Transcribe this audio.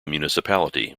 municipality